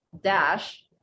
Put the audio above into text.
dash